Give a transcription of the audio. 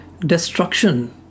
destruction